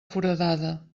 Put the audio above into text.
foradada